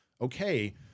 Okay